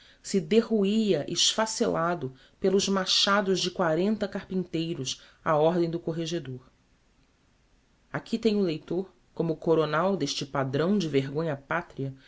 se derruia esphacelado pelos machados de quarenta carpinteiros á ordem do corregedor aqui tem o leitor como coronal d'este padrão de vergonha patria